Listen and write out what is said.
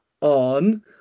on